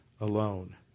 alone